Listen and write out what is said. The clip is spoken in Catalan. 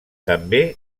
també